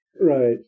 Right